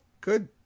good